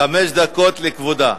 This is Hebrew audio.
חמש דקות לכבודה.